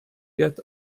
get